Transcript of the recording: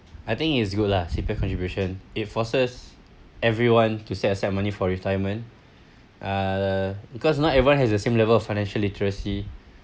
I think it's good lah C_P_F contribution it forces everyone to set aside money for retirement uh because not everyone has the same level of financial literacy